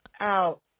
out